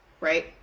right